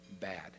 bad